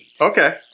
Okay